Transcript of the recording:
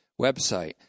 website